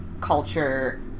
culture